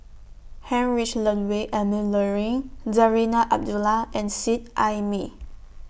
Heinrich Ludwig Emil Luering Zarinah Abdullah and Seet Ai Mee